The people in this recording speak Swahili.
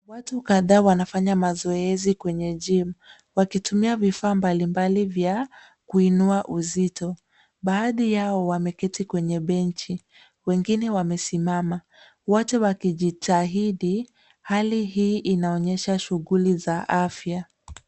Watu kadhaa wanafanya mazoezi kwenye gym(cs) wakitimia vifaa mbalimbali vya kuinua uzito, baadhi yao wameketi kwenye benchi wengine wamesimama, wote wakijitahidi hali hii inaonyesha shughuli za afya.